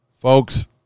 folks